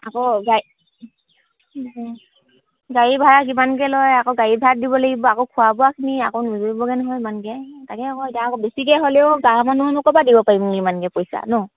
আকৌ গা গাড়ী ভাড়া যিমানকৈ লয় আকৌ গাড়ী ভাড়াত দিব লাগিব আকৌ খোৱা বোৱাখিনি আকৌ নুজৰিবগৈ নহয় ইমানকৈ তাকে আকৌ এতিয়া আকৌ বেছিকৈ হ'লেও গাঁৱৰ মানুহৰ ক'ৰপা দিব পাৰিম ইমানকৈ পইচা ন